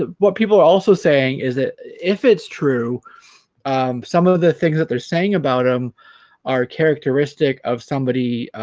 ah what people are also saying is that if it's true some of the things that they're saying about them are characteristic of somebody